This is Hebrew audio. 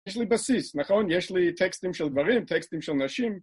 יש לי בסיס, נכון? יש לי טקסטים של גברים, טקסטים של נשים.